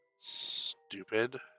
stupid